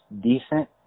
decent